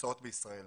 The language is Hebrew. שנמצאות בישראל.